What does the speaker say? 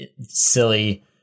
silly